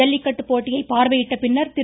ஜல்லிக்கட்டு போட்டியை பார்வையிட்ட பின்னர் திரு